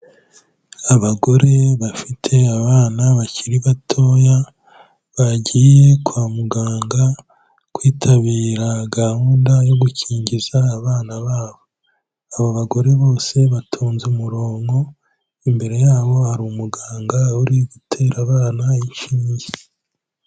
Abagore bafite abana bakiri batoya, bagiye kwa muganga kwitabira gahunda yo gukingiza abana babo, abo bagore bose batonze umurongo, imbere yabo hari umuganga uri gutera abana inshinge.